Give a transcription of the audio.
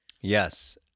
Yes